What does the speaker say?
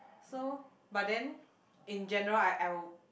so but then in general I I would